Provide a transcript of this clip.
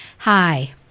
Hi